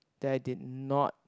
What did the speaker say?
that I did not